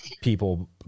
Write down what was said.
people